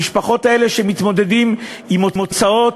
המשפחות האלה שמתמודדות עם הוצאות,